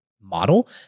model